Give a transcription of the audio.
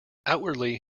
outwardly